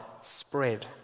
spread